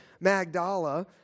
Magdala